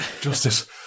Justice